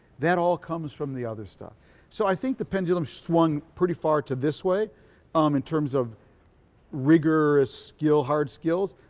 that all comes from the other stuff so i think the pendulum swung pretty far to this way um in terms of rigorous, hard skills.